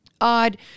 Odd